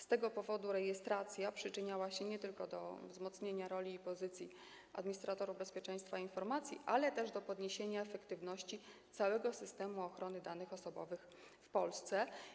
Z tego powodu rejestracja przyczyniała się nie tylko do wzmocnienia roli i pozycji administratorów bezpieczeństwa informacji, ale też do podniesienia efektywności całego systemu ochrony danych osobowych w Polsce.